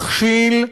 מכשיל,